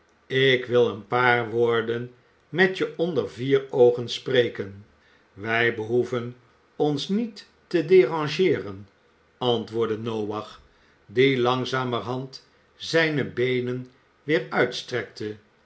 ik wil een paar woorden met je onder vier oogen spreken wij behoeven ons niet te derangeeren antwoordde noach die langzamerhand zijne beenen weer uitstrekte